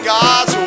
God's